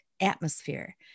atmosphere